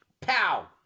Pow